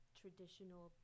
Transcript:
traditional